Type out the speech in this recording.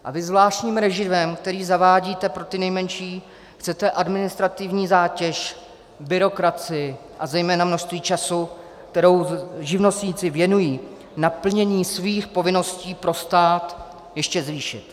A vy zvláštním režimem, který zavádíte pro ty nejmenší, chcete administrativní zátěž, byrokracii a zejména množství času, který živnostníci věnují naplnění svých povinností pro stát, ještě zvýšit.